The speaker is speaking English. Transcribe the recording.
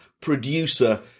producer